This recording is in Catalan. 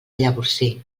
llavorsí